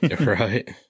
Right